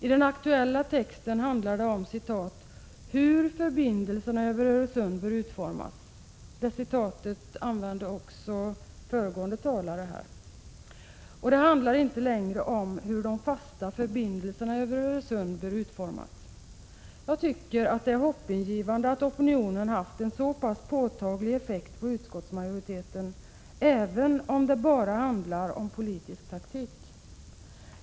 I den aktuella texten handlar det om ”hur förbindelserna över Öresund bör utformas” — ett citat som anfördes också av föregående talare — och inte längre om hur de fasta förbindelserna över Öresund bör utformas. Jag tycker att det är hoppingivande att opinionen haft en så pass påtaglig effekt på utskottsmajoriteten, även om det bara handlar om politisk taktik.